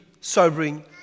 sobering